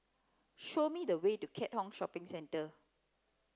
show me the way to Keat Hong Shopping Centre